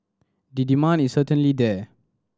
the demand is certainly there